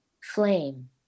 flame